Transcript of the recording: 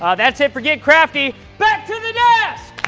um that's it for get crafty. back to the desk!